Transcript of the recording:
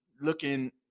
looking